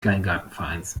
kleingartenvereins